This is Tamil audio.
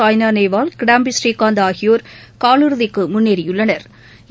சாய்னா நேவால் கிடாம்பி ஸ்ரீகாந்த் ஆகியோா் கால் இறுதிக்கு முன்னேறியுள்ளனா்